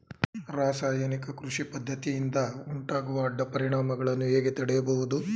ರಾಸಾಯನಿಕ ಕೃಷಿ ಪದ್ದತಿಯಿಂದ ಉಂಟಾಗುವ ಅಡ್ಡ ಪರಿಣಾಮಗಳನ್ನು ಹೇಗೆ ತಡೆಯಬಹುದು?